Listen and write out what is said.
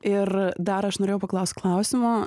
ir dar aš norėjau paklaust klausimo